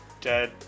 dead